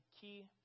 key